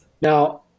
Now